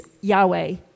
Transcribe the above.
Yahweh